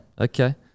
Okay